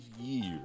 years